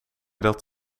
dat